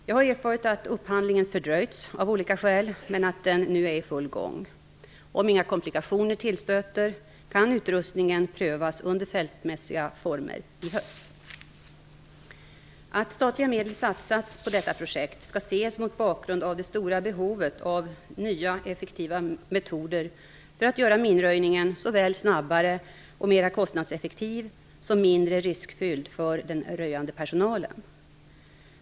Jag har erfarit att upphandlingen fördröjts av olika skäl men att den nu är i full gång. Om inga nya komplikationer tillstöter kan utrustningen prövas under fältmässiga former i höst. Att statliga medel satsats på detta projekt skall ses mot bakgrund av det stora behovet av nya effektiva metoder för att göra minröjningen såväl snabbare och mera kostnadseffektiv som mindre riskfylld för den röjande personalen.